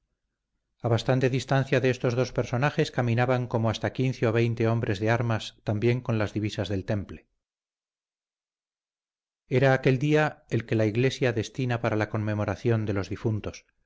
bastante distancia de estos dos personajes caminaban como hasta quince o veinte hombre de armas también con las divisas del temple era aquel día el que la iglesia destina para la conmemoración de los difuntos